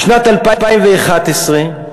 בשנת 2011,